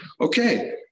Okay